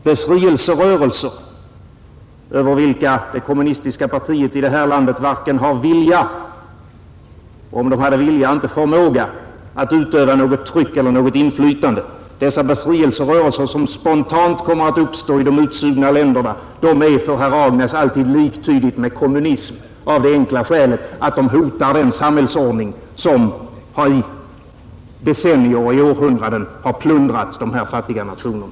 Befrielserörelser, över vilka det kommunistiska partiet i detta land varken har vilja — och om det hade vilja inte förmåga — att utöva något tryck eller något inflytande, dessa befrielserörelser som spontant kommer att uppstå i de utsugna länderna är för herr Agnäs alltid liktydiga med kommunism av det enkla skälet att de hotar den samhällsordning som i decennier och århundraden har plundrat de här fattiga nationerna.